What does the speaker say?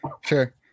Sure